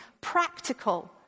practical